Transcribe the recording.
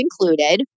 included